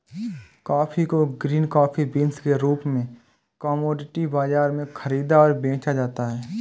coffee को green coffee beans के रूप में कॉमोडिटी बाजारों में खरीदा और बेचा जाता है